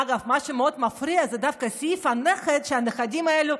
אגב, מה שמאוד מפריע בסעיף הנכד, זה שהנכדים הללו,